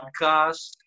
podcast